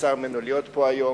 נבצר ממנו להיות פה היום.